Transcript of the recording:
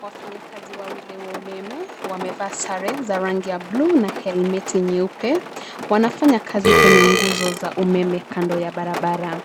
Wafanyakazi wawili wa umeme wamevaa sare za rangi ya bluu na helmeti nyeupe wanafanya kazi kwenye nguzo za umeme kando ya barabara.